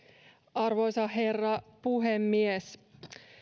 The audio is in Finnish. arvoisa herra puhemies